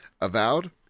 avowed